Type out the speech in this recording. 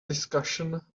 discussion